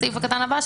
הסעיף הקטן הבא,